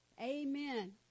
Amen